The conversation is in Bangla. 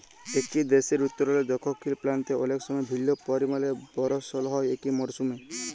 একই দ্যাশের উত্তরলে দখ্খিল পাল্তে অলেক সময় ভিল্ল্য পরিমালে বরসল হ্যয় একই মরসুমে